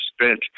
spent